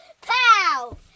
Pow